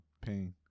pain